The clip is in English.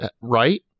right